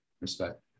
respect